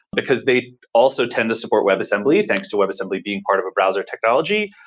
because they also tend to support webassembly. thanks to webassembly being part of a browser technology.